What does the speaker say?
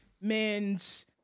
Men's